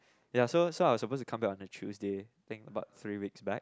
ya so so I was suppose to come back on the Tuesday think about three weeks back